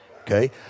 okay